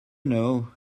know